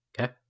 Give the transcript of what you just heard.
Okay